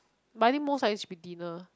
but I think most likely should be dinner